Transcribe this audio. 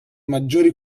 maggiori